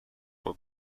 were